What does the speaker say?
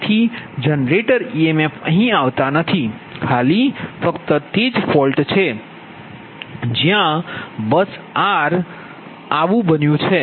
તેથી generator EMF અહીં આવતા નથી ખાલી ફક્ત તે જ ફોલ્ટ છે જ્યાં બસ આર આવું બન્યું છે